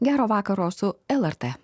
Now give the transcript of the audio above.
gero vakaro su lrt